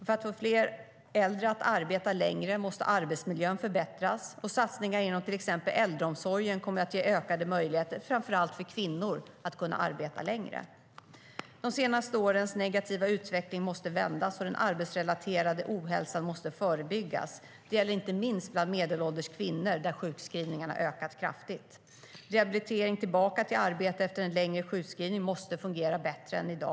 För att få fler äldre att arbeta längre måste arbetsmiljön förbättras. Satsningar inom till exempel äldreomsorgen kommer att ge ökade möjligheter, framför allt för kvinnor, att kunna arbete längre.De senaste årens negativa utveckling måste vändas, och den arbetsrelaterade ohälsan måste förebyggas. Det gäller inte minst bland medelålders kvinnor där sjukskrivningarna har ökat kraftigt. Rehabilitering tillbaka till arbete efter en längre sjukskrivning måste fungera bättre än i dag.